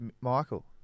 Michael